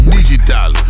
Digital